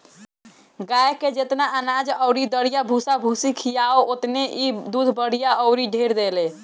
गाए के जेतना अनाज अउरी दरिया भूसा भूसी खियाव ओतने इ दूध बढ़िया अउरी ढेर देले